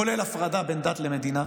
כולל הפרדה בין דת למדינה,